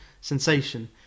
sensation